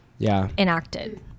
enacted